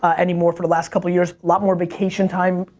ah anymore for the last couple years. lot more vacation time.